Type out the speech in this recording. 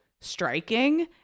striking